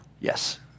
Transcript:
Yes